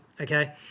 Okay